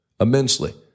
immensely